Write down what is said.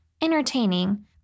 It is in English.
Entertaining